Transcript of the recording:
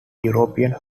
european